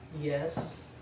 yes